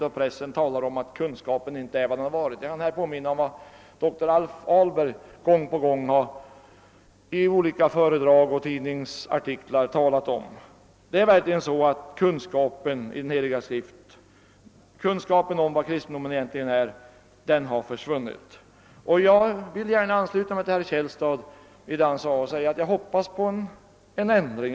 Det märker man av människors sätt att tala om Bibeln i vardagslivet och i pressen. Jag vill påminna om vad dr Alf Ahlberg gång på gång i föredrag och tidningsartiklar påpekat: det är verkligen så att kunskapen i Den heliga skrift, kunskapen om vad kristendomen egentligen är, har försvunnit. Jag vill gärna instämma i vad herr Källstad sade. Jag hoppas på en ändring.